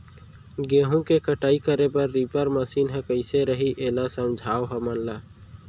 गेहूँ के कटाई करे बर रीपर मशीन ह कइसे रही, एला समझाओ हमन ल?